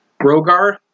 rogar